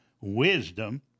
wisdom